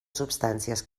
substàncies